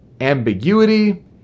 ambiguity